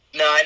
no